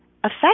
affect